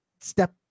step